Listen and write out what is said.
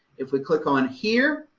if we click on here.